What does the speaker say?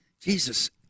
Jesus